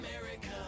America